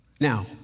Now